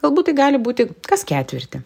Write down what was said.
galbūt tai gali būti kas ketvirtį